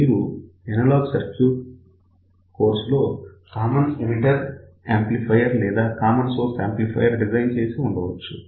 మీరు analog circuits course లో common emitter amplifier లేదా కామన్ సోర్స్ యాంప్లిఫయర్ డిజైన్ చేసి ఉండవచ్చు